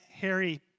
Harry